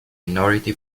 minority